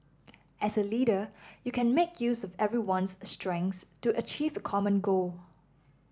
as a leader you can make use of everyone's strengths to achieve common goal